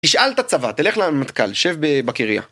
תשאל את הצבא, תלך למטכל, שב בקרייה.